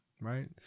right